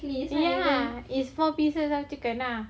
ya it's four pieces of chicken lah